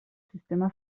sistema